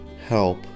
Help